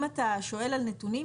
אם אתה שואל על נתונים,